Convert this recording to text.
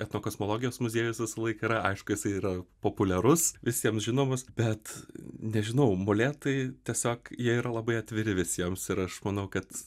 etnokosmologijos muziejus visą laiką yra aišku jisai yra populiarus visiems žinomas bet nežinau molėtai tiesiog jie yra labai atviri visiems ir aš manau kad